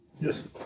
yes